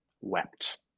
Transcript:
wept